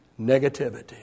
negativity